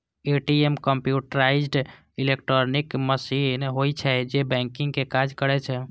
ATM computerised electronic machine होइ छै, जे बैंकिंग के काज करै छै